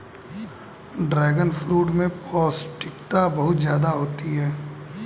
dragon fruit में पौष्टिकता बहुत ज्यादा होती है